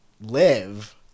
live